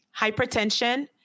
hypertension